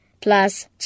plus